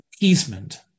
easement